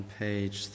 page